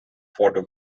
photo